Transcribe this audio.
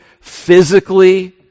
physically